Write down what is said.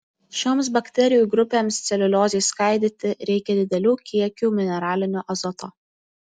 šioms bakterijų grupėms celiuliozei skaidyti reikia didelių kiekių mineralinio azoto